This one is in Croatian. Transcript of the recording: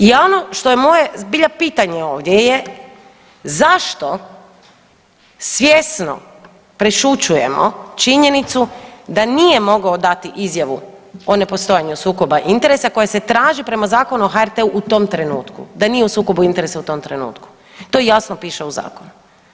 I ono što je moje zbilja pitanje ovdje je zašto svjesno prešućujemo činjenicu da nije mogao dati izjavu o nepostojanju sukoba interesa, koje se traži prema Zakonu o HRT-u u tom trenutku, da nije u sukobu interesa u tom trenutku, to jasno piše u Zakonu.